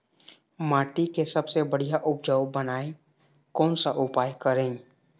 माटी के सबसे बढ़िया उपजाऊ बनाए कोन सा उपाय करें?